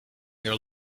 their